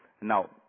Now